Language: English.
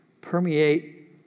Permeate